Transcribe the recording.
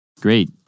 Great